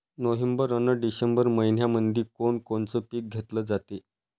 November अन December मइन्यामंधी कोण कोनचं पीक घेतलं जाते?